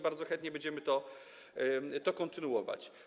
Bardzo chętnie będziemy to kontynuować.